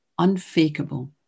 unfakeable